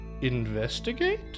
investigate